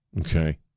Okay